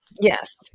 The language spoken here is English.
Yes